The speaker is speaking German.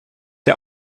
der